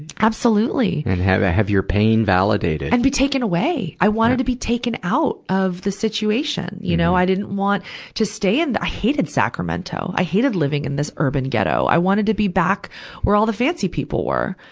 absolutely. and have a heavier pain validated. and be taken away! i wanted to be taken out of the situation. you know, i didn't want to stay and in i hated sacramento. i hated living in this urban ghetto. i wanted to be back where all the fancy people were.